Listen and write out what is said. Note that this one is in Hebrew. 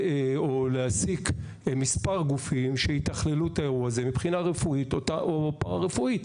להעסיק מספר גופים שיתכללו את האירוע הזה מבחינה רפואית או פארא-רפואית.